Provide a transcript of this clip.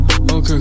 okay